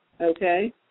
okay